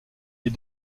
est